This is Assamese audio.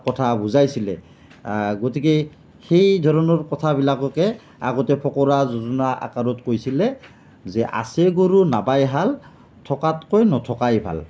কথা বুজাইছিলে গতিকে সেই ধৰণৰ কথাবিলাককে আগতে ফকৰা যোজনা আকাৰত কৈছিলে যে আছে গৰু নাবাই হাল থকাতকৈ নথকাই ভাল